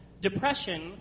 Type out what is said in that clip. Depression